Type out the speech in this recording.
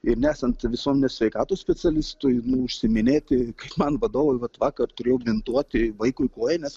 ir nesant visuomenės sveikatos specialistui užsiiminėti kaip man vadovui vat vakar turėjau bintuoti vaikui koją nes